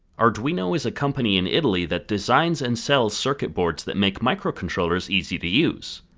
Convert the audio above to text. arduino is a company in italy that designs and sells circuit boards that make microcontrollers easy to use.